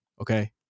Okay